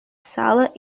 sala